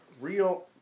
Real